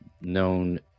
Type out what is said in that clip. known